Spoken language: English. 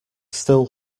still